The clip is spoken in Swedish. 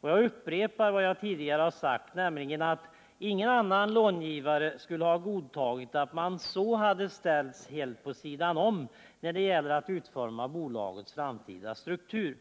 Jag upprepar vad jag tidigare har sagt, nämligen att ingen annan långivare skulle ha godtagit att bli så ställd vid sidan om när det gäller att utforma bolagets framtida struktur.